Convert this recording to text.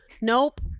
Nope